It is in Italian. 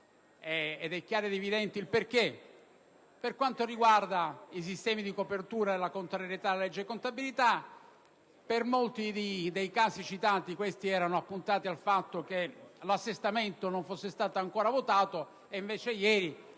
ed è chiaro ed evidente il perché. Per quanto riguarda i sistemi di copertura e la contrarietà alla legge di contabilità, per molti dei casi citati questi erano dovuti al fatto che l'assestamento non era stato ancora votato, ed invece ieri,